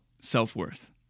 self-worth